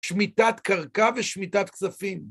שמיטת קרקע ושמיטת כספים.